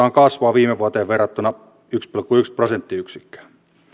on kasvua viime vuoteen verrattuna yksi pilkku yksi prosenttiyksikköä